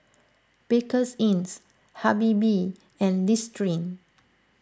Bakerzin's Habibie and Listerine